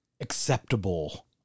acceptable